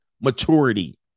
maturity